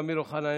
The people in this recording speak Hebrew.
אמיר אוחנה,